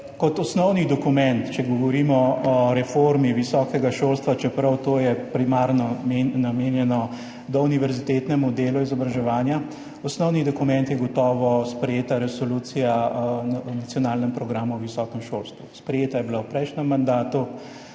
Osnovni dokument, če govorimo o reformi visokega šolstva, čeprav je to primarno namenjeno do univerzitetnega dela izobraževanja, je gotovo sprejeta Resolucija o nacionalnem programu visokega šolstva. Sprejeta je bila v prejšnjem mandatu,